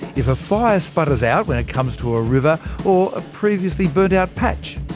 if a fire sputters out when it comes to a river or a previously burnt out patch,